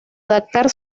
adaptar